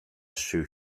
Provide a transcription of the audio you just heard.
sue